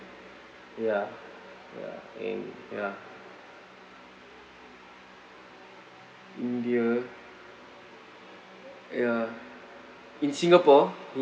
ya ya and ya india ya in singapore